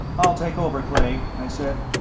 i'll take over, clay, i said.